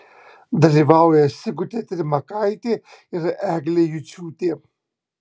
dalyvauja sigutė trimakaitė ir eglė juciūtė